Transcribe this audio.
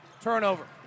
Turnover